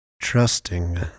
Trusting